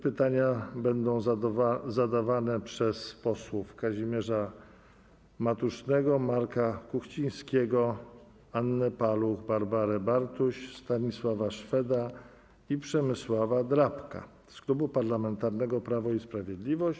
Pytania będą zadawane przez posłów Kazimierza Matusznego, Marka Kuchcińskiego, Annę Paluch, Barbarę Bartuś, Stanisława Szweda i Przemysława Drabka z Klubu Parlamentarnego Prawo i Sprawiedliwość.